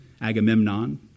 Agamemnon